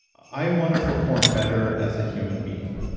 i wanna perform better as a human being.